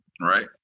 Right